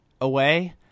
away